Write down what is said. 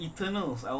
Eternals